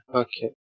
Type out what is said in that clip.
okay